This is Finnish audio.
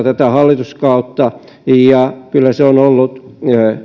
tätä hallituskautta ja kyllä se on ollut